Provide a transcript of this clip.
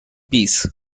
peace